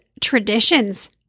traditions